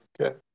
Okay